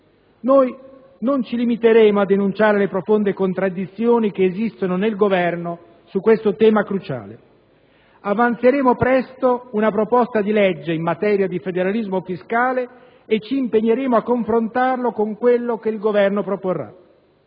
Noi non ci limiteremo a denunciare le profonde contraddizioni che esistono nel Governo su questo tema cruciale. Avanzeremo presto una proposta di legge in materia di federalismo fiscale e ci impegneremo a confrontarla con quello che il Governo proporrà.